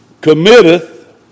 committeth